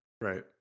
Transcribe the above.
Right